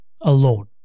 alone